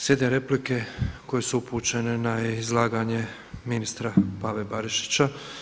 Slijede replike koje su upućene na izlaganje ministra Pave Barišića.